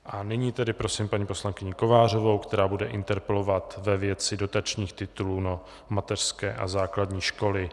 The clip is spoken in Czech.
A nyní tedy prosím paní poslankyni Kovářovou, která bude interpelovat ve věci dotačních titulů na mateřské a základní školy.